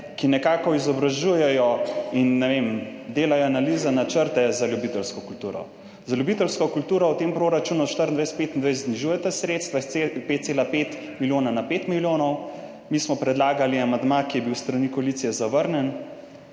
ki nekako izobražujejo in delajo analize, načrte za ljubiteljsko kulturo. Za ljubiteljsko kulturo v tem proračunu 2024–2025 znižujete sredstva iz 5,5 milijona na 5 milijonov. Mi smo predlagali amandma, ki je bil s strani koalicije zavrnjen,